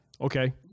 Okay